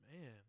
man